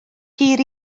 hir